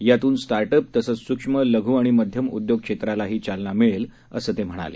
यातून स्टार्टअप तसंच सूक्ष्म लघु आणि मध्यम उद्योग क्षेत्रालाही चालना मिळेल असं ते म्हणाले